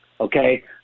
okay